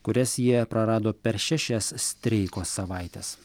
kurias jie prarado per šešias streiko savaites